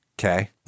Okay